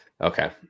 Okay